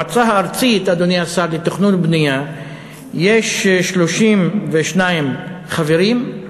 במועצה הארצית לתכנון ובנייה יש 32 חברים,